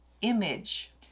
image